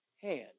hand